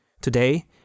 Today